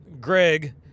Greg